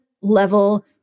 level